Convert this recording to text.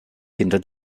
hinter